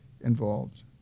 involved